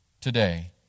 today